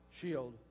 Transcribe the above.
shield